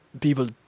people